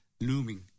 Looming